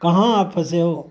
کہاں آپ پھنسے ہو